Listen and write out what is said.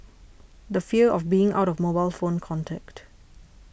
the fear of being out of mobile phone contact